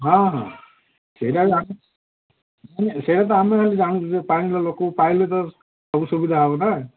ହଁ ହଁ ସେଇଟା ସେଇଟା ତ ଆମେ ଖାଲି ଯାଣୁଛୁ ଯେ ପାଣିର ଲୋକ ପାଇଲେ ତ ସବୁ ସୁବିଧା ହେବନା